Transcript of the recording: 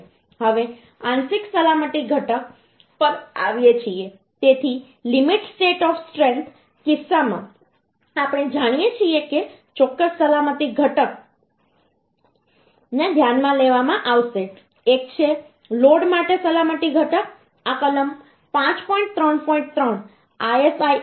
હવે આંશિક સલામતી ઘટક પર આવીએ છીએ તેથી લિમિટ સ્ટેટ ઓફ સ્ટ્રેન્થ કિસ્સામાં આપણે જાણીએ છીએ કે ચોક્કસ સલામતી ઘટક ને ધ્યાનમાં લેવામાં આવશે એક છે લોડ માટે સલામતી ઘટક આ કલમ 5